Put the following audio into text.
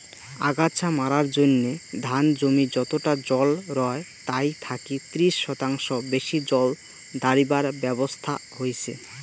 আগাছা মারার জইন্যে ধান জমি যতটা জল রয় তাই থাকি ত্রিশ শতাংশ বেশি জল দাড়িবার ব্যবছস্থা হইচে